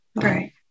Right